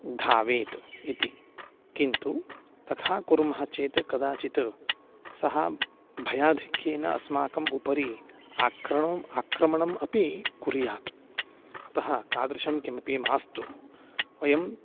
धावेत् इति किन्तु तथा कुर्मः चेत् कदाचित् सः भयाधिक्येन अस्माकम् उपरि आक्रमणम् आक्रमणम् अपि कुर्यात् अतः तादृशं किमपि मास्तु वयं